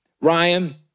Ryan